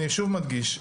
אני שוב מדגיש,